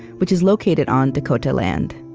which is located on dakota land.